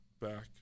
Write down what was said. back